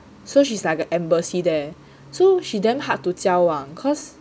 so she's like a embassy there so she damn hard to 交往 cause